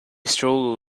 strolled